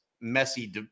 messy